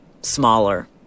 smaller